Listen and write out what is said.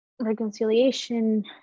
Reconciliation